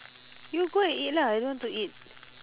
you go and eat lah I don't want to eat